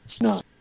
No